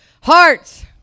Hearts